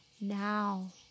now